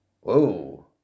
Whoa